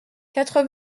quatre